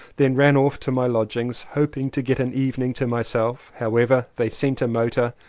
then ran off to my lodgings, hoping to get an evening to myself however, they sent a motor,